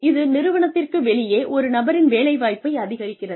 இது நிறுவனத்திற்கு வெளியே ஒரு நபரின் வேலை வாய்ப்பை அதிகரிக்கிறது